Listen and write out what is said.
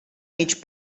mig